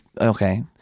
okay